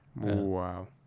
Wow